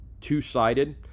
two-sided